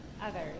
others